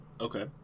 Okay